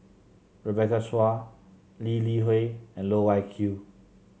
Rebecca Chua Lee Li Hui and Loh Wai Kiew